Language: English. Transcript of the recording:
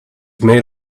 made